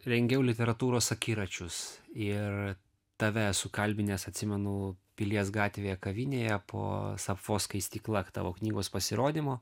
rengiau literatūros akiračius ir tave esu kalbinęs atsimenu pilies gatvėje kavinėje po sapfo skaistykla tavo knygos pasirodymo